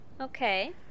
okay